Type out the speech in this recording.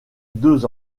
deux